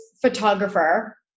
photographer